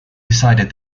decided